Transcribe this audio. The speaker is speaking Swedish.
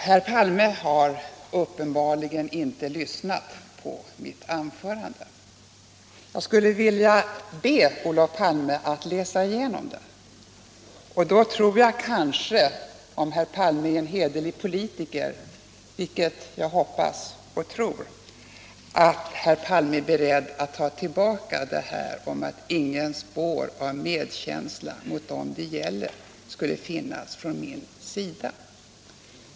Herr Palme har uppenbarligen inte lyssnat på mitt anförande. Jag skulle vilja be Olof Palme att läsa igenom det. Då tror jag att herr Palme, om herr Palme är en hederlig politiker — vilket jag hoppas och tror — är beredd att ta tillbaka sitt yttrande om att jag inte skulle ha något spår av medkänsla med dem som det gäller.